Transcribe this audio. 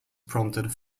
prompted